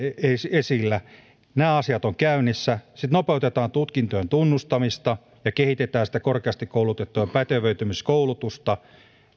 esillä nämä asiat ovat käynnissä sitten nopeutetaan tutkintojen tunnustamista ja kehitetään sitä korkeasti koulutettujen pätevöitymiskoulutusta